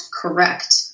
correct